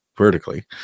vertically